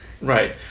Right